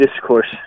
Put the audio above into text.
discourse